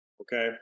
Okay